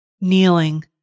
Kneeling